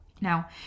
Now